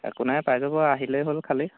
একো নাই পাই যাব আহিলেই হ'ল খালী